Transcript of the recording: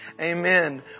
Amen